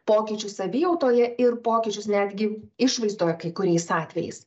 pokyčių savijautoje ir pokyčius netgi išvaizdoje kai kuriais atvejais